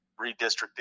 redistricting